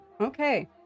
Okay